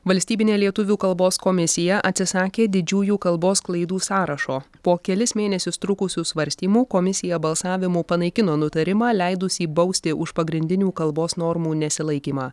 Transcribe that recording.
valstybinė lietuvių kalbos komisija atsisakė didžiųjų kalbos klaidų sąrašo po kelis mėnesius trukusių svarstymų komisija balsavimu panaikino nutarimą leidusį bausti už pagrindinių kalbos normų nesilaikymą